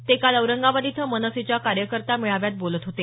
ते काल औरंगाबाद इथं मनसेच्या कार्यकर्ता मेळाव्यात बोलत होते